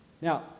Now